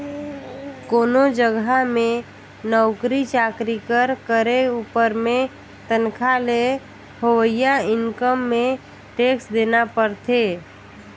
कोनो जगहा में नउकरी चाकरी कर करे उपर में तनखा ले होवइया इनकम में टेक्स देना परथे